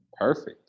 Perfect